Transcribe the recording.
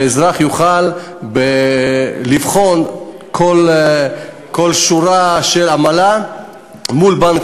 כך שהאזרח יוכל לבחון כל שורה של עמלה מול בנק